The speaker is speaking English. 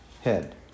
head